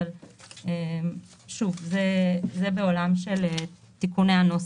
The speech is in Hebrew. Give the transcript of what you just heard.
שוב, זה בעולם של תיקוני הנוסח.